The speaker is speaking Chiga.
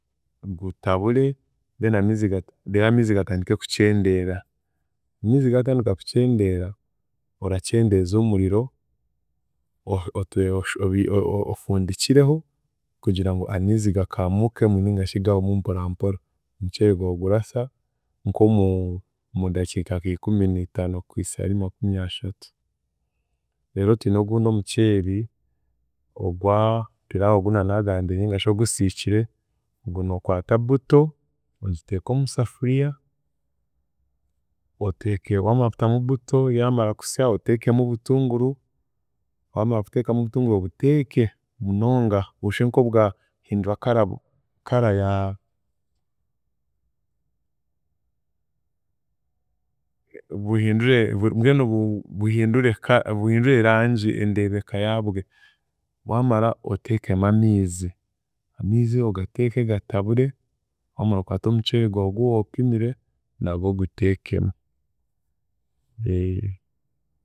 Gutabure then amiizi gata reero amiizi gatandike kukyendeera, amiizi gaatandika kukyendeera, orakyendeeza omuriro o- o- ote- oshu o- obi- o- ofundikireho kugira ngu amiizi gakaamuukemu ningashi gahwemu mporampora. Omuceeri gwawe gurasa nk’omu- mundakiika nk'ikuminiitano kuhisa ahari makumyashatu. Reero twine ogundi omuceeri ogwa pillawo ogunanagambire ningashi ogusiikire, ogu nookwata buto, egiteeka omu safuriya oteeke waamara kutamu buto, yaamara kusa oteekemu obutunguru, waamara kuteekamu obutunguru obuteeke munonga bushwe nk'obwahindura colour colour ya buhindure mbwenu bu- buhindure colour buhindure erangi endebeka yaabwe, waamara oteekemu amiizi, amiizi ogateeke gatabure, waamara okwate omuceeri gwawe ogu woopimire nagwe oguteekemu.